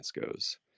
goes